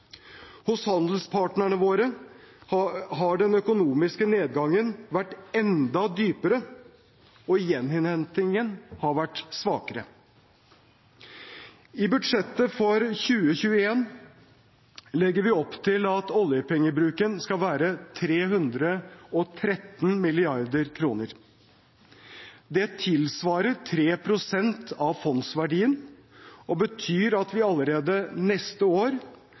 Hos handelspartnerne våre har den økonomiske nedgangen vært enda dypere, og gjeninnhentingen har vært svakere. I budsjettet for 2021 legger vi opp til at oljepengebruken skal være på 313 mrd. kr. Det tilsvarer 3 pst. av fondsverdien og betyr at vi allerede neste år